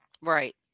Right